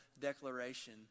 declaration